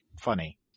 funny